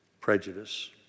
prejudice